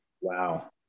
Wow